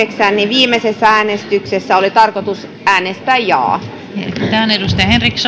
viimeisessä äänestyksessä oli tarkoitus äänestää jaa arvoisa